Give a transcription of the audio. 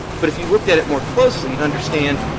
but if you looked at it more closely, you'd understand,